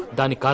naani